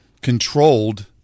controlled